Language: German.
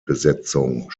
besetzung